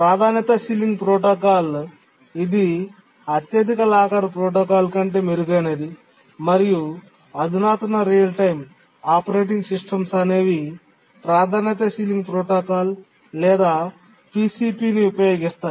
ప్రాధాన్యత ceiling protocol ఇది అత్యధిక లాకర్ ప్రోటోకాల్ కంటే మెరుగైనది మరియు అధునాతన రియల్ టైమ్ ఆపరేటింగ్ సిస్టమ్స్ అనేవి ప్రాధాన్యత సీలింగ్ ప్రోటోకాల్ లేదా పిసిపి ని ఉపయోగిస్తాయి